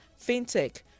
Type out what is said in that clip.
fintech